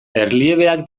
erliebeak